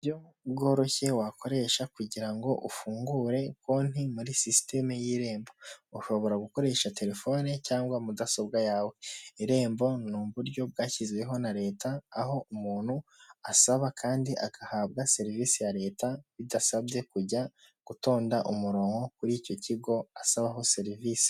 Uburyo bworoshye wakoresha kugira ngo ngo ufungure konti muri sisiteme y'irembo. Ushobora gukoresha telefone cyangwa mudasobwa yawe. Irembo ni uburyo bwashyizweho na leta, aho umuntu asaba kandi agahabwa serivisi ya leta bidasabye kujya gutonda umurongo kuri icyo kigo asabaho serivisi.